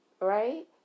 Right